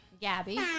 Gabby